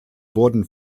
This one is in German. wurden